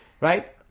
right